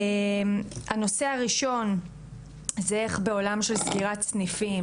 הנושא הראשון זה איך בעולם של סגירת סניפים,